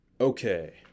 Okay